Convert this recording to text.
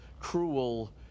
Cruel